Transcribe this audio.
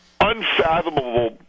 Unfathomable